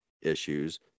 issues